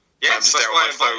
yes